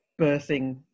birthing